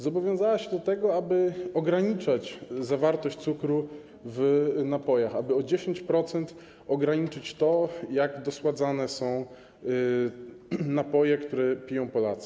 Zobowiązała się do tego, aby ograniczać zawartość cukru w napojach, aby o 10% ograniczyć dosładzanie napojów, które piją Polacy.